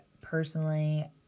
personally